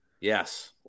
Yes